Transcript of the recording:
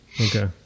Okay